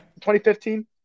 2015